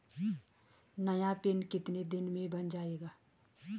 नया पिन कितने दिन में बन जायेगा?